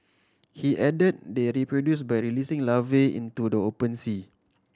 he add they reproduce by releasing larvae into the open sea